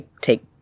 take